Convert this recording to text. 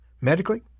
Medically